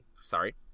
Sorry